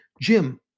Jim